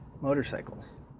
motorcycles